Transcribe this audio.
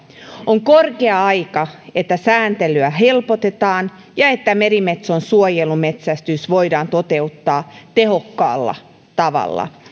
on korkea aika että sääntelyä helpotetaan ja että merimetson suojelumetsästys voidaan toteuttaa tehokkaalla tavalla